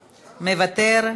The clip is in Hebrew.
מוותר,